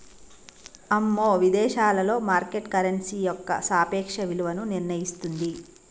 అమ్మో విదేశాలలో market currency యొక్క సాపేక్ష విలువను నిర్ణయిస్తుంది